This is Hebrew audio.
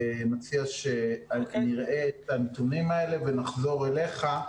מציע שנראה את הנתונים האלה ונחזור אליך.